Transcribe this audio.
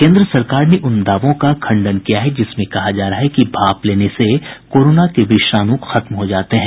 केन्द्र सरकार ने उन दावों का खंडन किया है जिसमें कहा जा रहा है कि भाप लेने से कोरोना के विषाणु खत्म हो जाते हैं